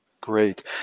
Great